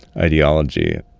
ideology.